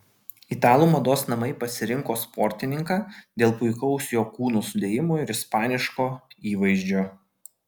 italų mados namai pasirinko sportininką dėl puikaus jo kūno sudėjimo ir ispaniško įvaizdžio